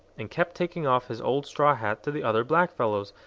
and kept taking off his old straw hat to the other blackfellows,